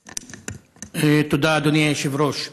תודה, אדוני היושב-ראש.